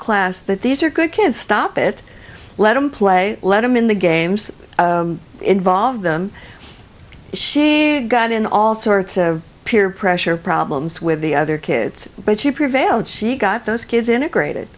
class that these are good kids stop it let them play let them in the games involve them she got in all sorts of peer pressure problems with the other kids but she prevailed she got those kids integrated